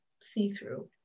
see-through